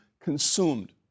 consumed